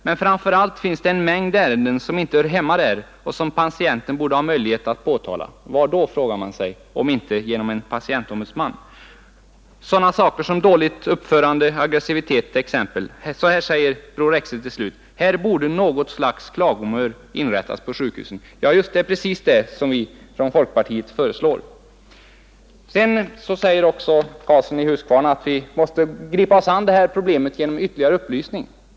Men framför allt finns det en mängd ärenden som inte hör hemma där och som patienten borde ha möjlighet att påtala.” Hur, frågar man sig, om inte genom en patientombudsman? ”Dåligt uppförande, aggressivitet t.ex. Här borde något slags klagomur inrättas på sjukhusen.” Det är precis detta som vi från folkpartiet föreslår. Herr Karlsson framhåller vidare att vi måste gripa oss an detta problem 135 genom ytterligare upplysning.